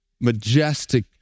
majestic